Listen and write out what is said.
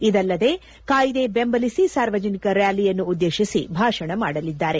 ಇದಲ್ಲದೆ ಕಾಯ್ದೆ ಬೆಂಬಲಿಸಿ ಸಾರ್ವಜನಿಕ ರಾಲಿಯನ್ನುದ್ದೇಶಿ ಭಾಷಣ ಮಾಡಲಿದ್ದಾರೆ